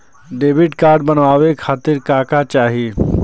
Debit card बनवावे खातिर का का चाही?